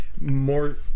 More